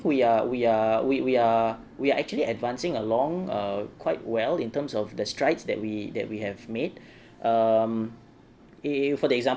we are we are we we are we are actually advancing along err quite well in terms of the strides that we that we have made um eh for the example